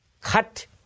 cut